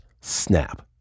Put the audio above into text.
snap